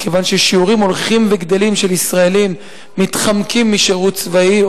מכיוון ששיעורים הולכים וגדלים של ישראלים מתחמקים משירות צבאי,